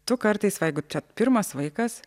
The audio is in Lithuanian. tu kartais jeigu čia pirmas vaikas